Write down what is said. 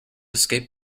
escape